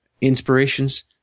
inspirations